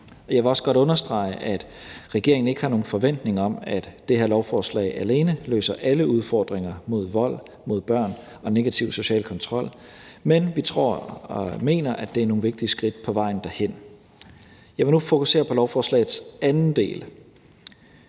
Jeg vil også godt understrege, at regeringen ikke har nogen forventning om, at det her lovforslag alene løser alle udfordringer med vold mod børn og med negativ social kontrol, men vi tror og mener, at det er nogle vigtige skridt på vejen derhen. Jeg vil nu fokusere på lovforslagets anden del.